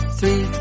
Three